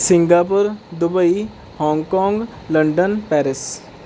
Singapore Dubai Hong Kong London Paris